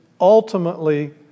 ultimately